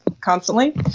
constantly